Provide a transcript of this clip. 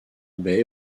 bay